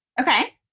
Okay